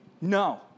no